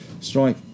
Strike